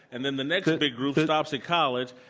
and then the next big group stops at college.